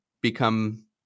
become